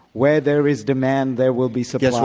where there is demand there will be supply so